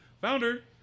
founder